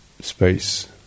space